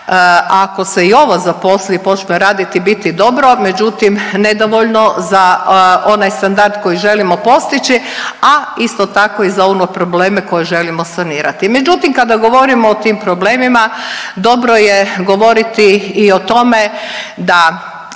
ako se i ovo zaposli i počne raditi i biti dobro, međutim nedovoljno za onaj standard koji želimo postići, a isto tako i za one probleme koje želimo sanirati. Međutim, kada govorimo o tim problemima dobro je govoriti i o tome da